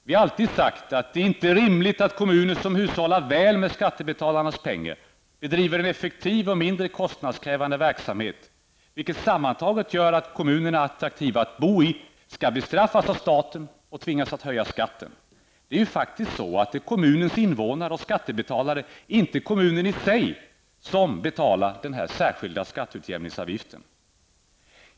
Vi har alltid sagt att det inte är rimligt att kommuner som hushållar väl med skattebetalarnas pengar, bedriver en effektiv och mindre kostnadskrävande verksamhet, vilket sammantaget gör kommunerna attraktiva att bo i, skall bestraffas av staten och tvingas höja skatten. Det är ju faktiskt så att det är kommunens invånare och skattebetalare, inte kommunen i sig, som betalar den här särskilda skatteutjämningsavgiften.